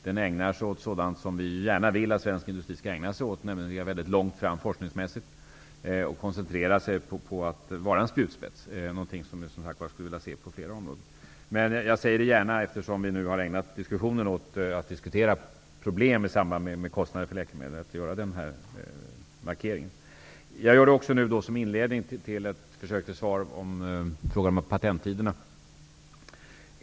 Den ägnar sig åt sådant som vi gärna vill att svensk industri skall ägna sig åt, nämligen att ligga väldigt långt fram forskningsmässigt och koncentrera sig på att fungera som spjutspets. Det är någonting som vi som sagt skulle vilja se på flera områden. Jag säger det gärna, eftersom vi nu har ägnat diskussionen åt att diskutera problem i samband med kostnader för läkemedel. Jag gör gärna den markeringen. Jag gör den också som inledning till ett försök att svara på frågan om patenttiderna.